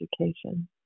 education